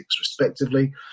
respectively